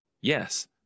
Yes